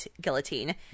guillotine